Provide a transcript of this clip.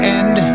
end